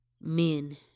men